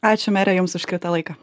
ačiū mere jums už skirtą laiką